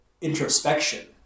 introspection